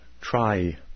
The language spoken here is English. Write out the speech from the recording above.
try